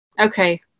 okay